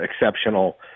exceptional